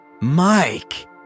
Mike